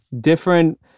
Different